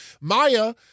Maya